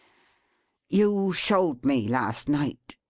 you showed me last night,